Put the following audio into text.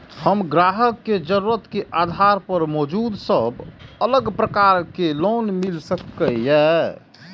हम ग्राहक के जरुरत के आधार पर मौजूद सब अलग प्रकार के लोन मिल सकये?